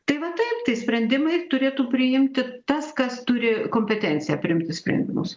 tai va taip tai sprendimai turėtų priimti tas kas turi kompetenciją priimti sprendimus